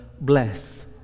bless